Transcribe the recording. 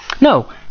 No